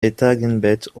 etagenbett